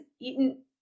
eaten